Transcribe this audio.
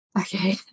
okay